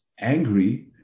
angry